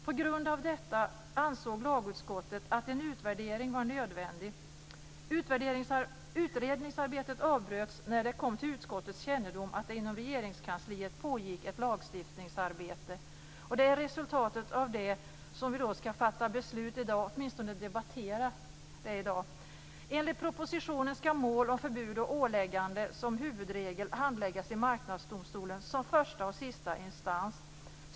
På grund av detta ansåg lagutskottet att en utvärdering var nödvändig. Utredningsarbetet avbröts när det kom till utskottets kännedom att det inom Regeringskansliet pågick ett lagstiftningsarbete. Det är resultatet av det arbetet som vi skall debattera i dag. Enligt propositionen skall mål om förbud och åläggande som huvudregel handläggas i Marknadsdomstolen som första och sista instans.